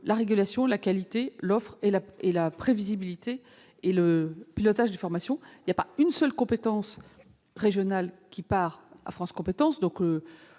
la régulation, la qualité, l'offre, la prévisibilité et le pilotage des formations. Il n'y a pas une seule compétence régionale qui irait à cette instance,